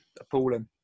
appalling